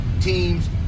teams